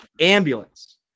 Ambulance